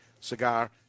cigar